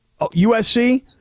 USC